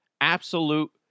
Absolute